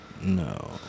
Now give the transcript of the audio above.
No